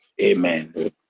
amen